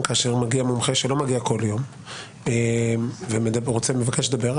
כאשר מגיע מומחה שלא מגיע בכל יום ומבקש לדבר,